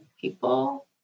people